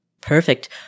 Perfect